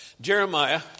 Jeremiah